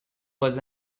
was